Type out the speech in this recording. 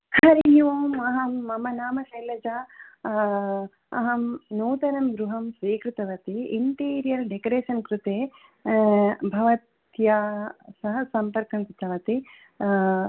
हरिः ओम् अहं मम नाम शैलजा अहं नूतनं गृहं स्वीकृतवती इण्टीरियर् डेकरेसन् कृते भवत्या सह सम्पर्कं कृतवती